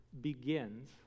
begins